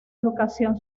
educación